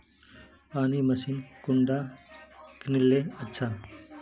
पानी मशीन कुंडा किनले अच्छा?